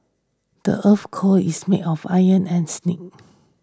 the earth's core is made of iron and nickel